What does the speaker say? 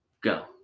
go